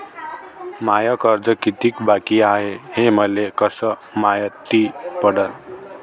माय कर्ज कितीक बाकी हाय, हे मले कस मायती पडन?